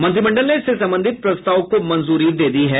मंत्रिमंडल ने इससे संबंधित प्रताव को मंजूरी दे दी है